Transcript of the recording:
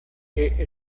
que